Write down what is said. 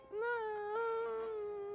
no